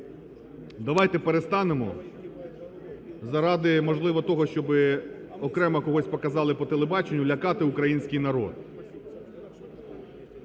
Давайте перестанемо заради, можливо, того, щоб окремо когось показали по телебаченню, лякати український народ.